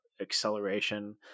acceleration